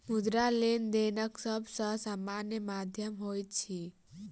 मुद्रा, लेनदेनक सब सॅ सामान्य माध्यम होइत अछि